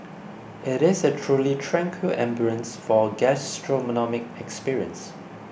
it is a truly tranquil ambience for gastronomic experience